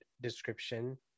description